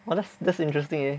!wah! that's that's interesting leh